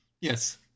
Yes